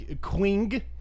Queen